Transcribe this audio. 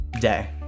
day